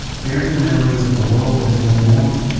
bearing the memories of a world that is no more,